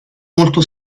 molto